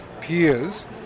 peers